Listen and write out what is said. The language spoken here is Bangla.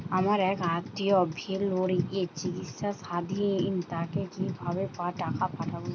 আমার এক আত্মীয় ভেলোরে চিকিৎসাধীন তাকে কি ভাবে টাকা পাঠাবো?